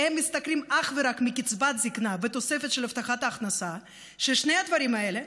שמשתכרים אך ורק מקצבת זקנה ותוספת של הבטחת ההכנסה ושני הדברים האלה,